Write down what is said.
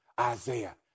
Isaiah